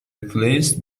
replaced